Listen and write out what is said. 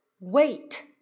Wait